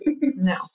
No